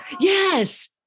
Yes